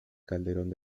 calderón